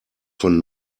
von